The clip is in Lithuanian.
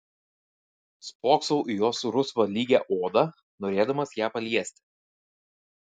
spoksau į jos rusvą lygią odą norėdamas ją paliesti